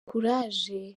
courage